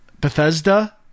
Bethesda